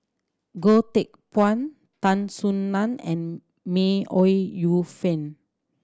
Goh Teck Phuan Tan Soo Nan and May Ooi Yu Fen